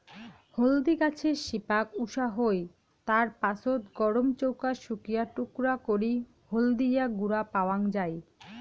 হলদি গছের শিপাক উষা হই, তার পাছত গরম চৌকাত শুকিয়া টুকরা করি হলদিয়া গুঁড়া পাওয়াং যাই